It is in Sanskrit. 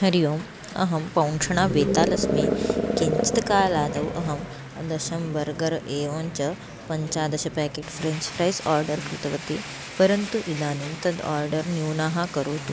हरिः ओम् अहं पौण्क्षणा बेताल् अस्मि किञ्चित् कालादौ अहं दशं बर्गर् एवञ्च पञ्चदश पेकेट् फ़्रेञ्च् फ़्रैस् आर्डर् कृतवती परन्तु इदानीं तद् आर्डर् न्यूनः करोतु